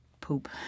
poop